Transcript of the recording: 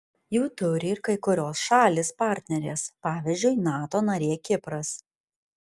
jų turi ir kai kurios šalys partnerės pavyzdžiui nato narė kipras